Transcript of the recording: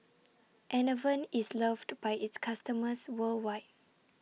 Enervon IS loved By its customers worldwide